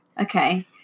Okay